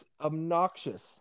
obnoxious